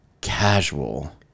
casual